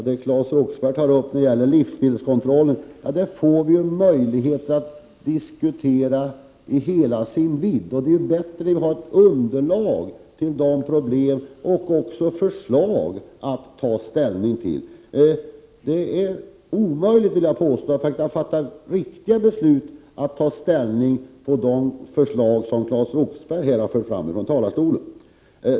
Herr talman! Det som Claes Roxbergh tar upp om livsmedelskontroll får vi senare möjligheter att diskutera i hela sin vidd. Det är bättre att ha ett underlag och förslag att ta ställning till. Det är omöjligt att fatta riktiga beslut med de förslag som Claes Roxbergh här har fört fram från talarstolen.